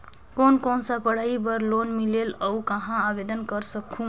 कोन कोन सा पढ़ाई बर लोन मिलेल और कहाँ आवेदन कर सकहुं?